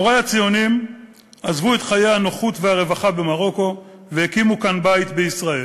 הורי הציונים עזבו את חיי הנוחות והרווחה במרוקו והקימו בית כאן בישראל.